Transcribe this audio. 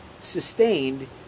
sustained